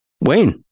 Wayne